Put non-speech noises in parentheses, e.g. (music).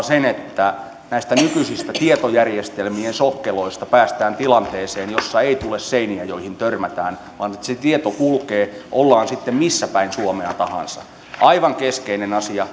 (unintelligible) sen että näistä nykyisistä tietojärjestelmien sokkeloista päästään tilanteeseen jossa ei tule seiniä joihin törmätään vaan se tieto kulkee ollaan sitten missä päin suomea tahansa aivan keskeinen asia